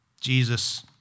Jesus